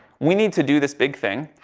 we need to do this big thing.